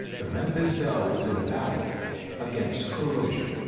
the memphis belle was in a battle against corrosion.